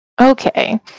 Okay